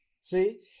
See